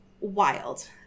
wild